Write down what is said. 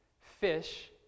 fish